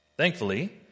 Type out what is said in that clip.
Thankfully